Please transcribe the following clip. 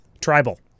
tribal